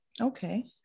Okay